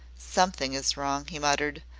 something is wrong, he muttered,